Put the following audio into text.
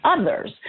others